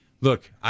Look